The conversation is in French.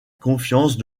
confiance